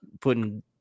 putting